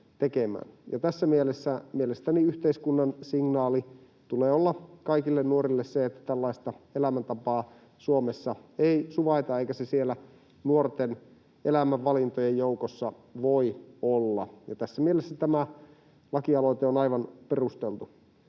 Mielestäni yhteiskunnan signaali tulee olla kaikille nuorille se, että tällaista elämäntapaa Suomessa ei suvaita eikä se siellä nuorten elämänvalintojen joukossa voi olla. Tässä mielessä tämä lakialoite on aivan perusteltu.